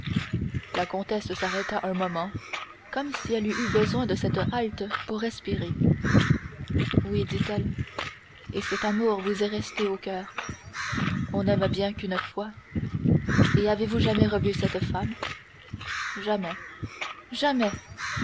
la comtesse s'arrêta un moment comme si elle eût eu besoin de cette halte pour respirer oui dit-elle et cet amour vous est resté au coeur on n'aime bien qu'une fois et avez-vous jamais revu cette femme jamais jamais